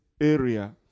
Area